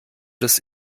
des